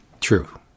True